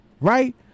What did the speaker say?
right